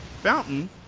Fountain